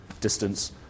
distance